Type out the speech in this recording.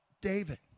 David